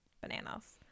Bananas